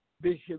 Bishop